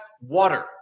water